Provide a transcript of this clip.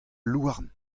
louarn